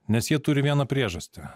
nes jie turi vieną priežastį